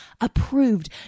approved